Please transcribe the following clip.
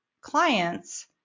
clients